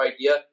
idea